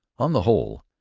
on the whole,